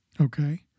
Okay